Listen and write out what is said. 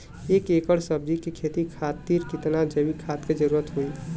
एक एकड़ सब्जी के खेती खातिर कितना जैविक खाद के जरूरत होई?